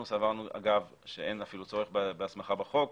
אנחנו סברנו שאין אפילו צורך בהסכמה בחוק,